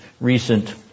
recent